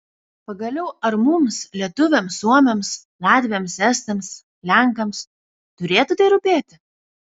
pagaliau ar mums lietuviams suomiams latviams estams lenkams turėtų tai rūpėti